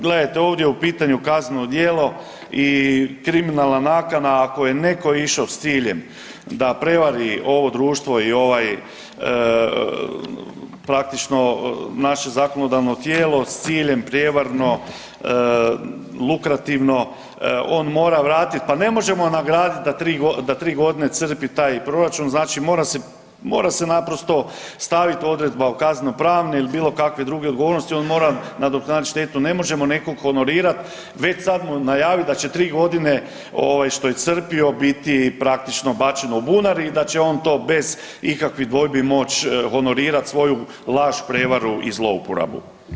Gledajte, ovdje je u pitanju kazneno djelo i kriminalna nakana ako je netko išao s ciljem da prevari ovo društvo i ovaj praktično naše zakonodavno tijelo s ciljem prijevarno, lukrativno, on mora vratiti, pa ne možemo nagraditi da 3 godine crpi taj proračun, znači mora se naprosto staviti odredba o kaznenopravne ili bilo kakve druge odgovornosti, on mora nadoknaditi štetu, ne možemo nekog honorirati, već sad mu najaviti da će 3 godine što je crpio biti praktično bačeno u bunar i da će on to bez ikakvih dvojbi moći honorirati svoju laž, prevaru i zlouporabu.